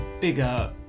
Bigger